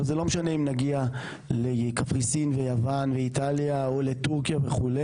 זה לא משנה אם נגיע לקפריסין ויוון ואיטליה או לתורכיה וכו'.